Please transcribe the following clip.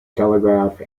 telegraph